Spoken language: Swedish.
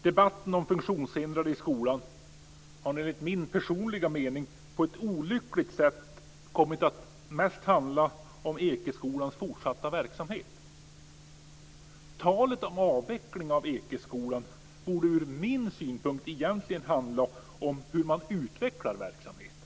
Debatten om funktionshindrade i skolan har enligt min personliga mening på ett olyckligt sätt kommit att mest handla om Ekeskolans fortsatta verksamhet. Talet om avveckling av Ekeskolan borde ur min synpunkt egentligen handla om hur man utvecklar verksamheten.